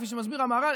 כפי שמסביר המהר"ל,